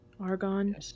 argon